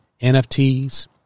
NFTs